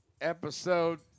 Episode